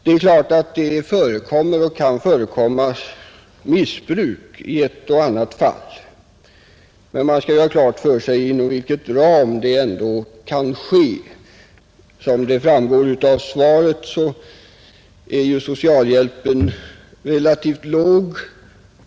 Det är klart att det förekommer och kan förekomma missbruk i ett och annat fall, men man skall göra klart för sig inom vilken ram det ändå kan ske. Som framgår av svaret är socialhjälpen relativt låg.